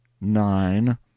nine